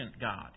God